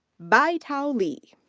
baitao li.